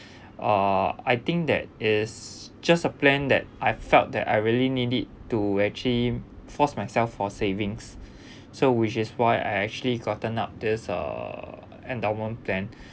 uh I think that is just a plan that I felt that I really need it to actually force myself for savings so which is why I actually gotten up this uh endowment plan